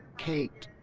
kate,